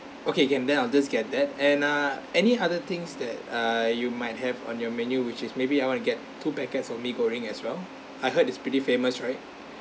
okay can then I'll just get that and uh any other things that uh you might have on your menu which is maybe I want to get two packets of mee goreng as well I heard it's pretty famous right